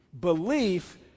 belief